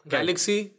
Galaxy